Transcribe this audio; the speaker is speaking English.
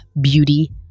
beauty